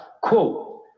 Quote